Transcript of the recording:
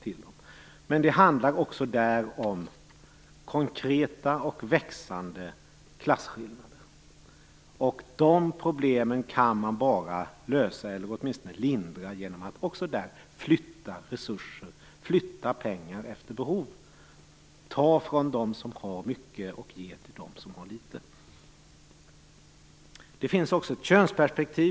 Men det handlar också där om konkreta och växande klasskillnader. De problemen kan man bara lösa, eller åtminstone lindra, genom att flytta pengar efter behov, ta från dem som har mycket och ge till dem som har litet.